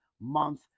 month